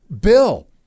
bill